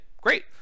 great